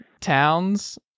Towns